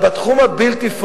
מה שאלתך